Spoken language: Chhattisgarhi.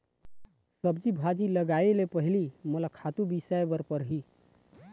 सब्जी भाजी लगाए ले पहिली मोला खातू बिसाय बर परही